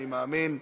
אני מאמין,